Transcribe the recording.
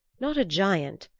not a giant,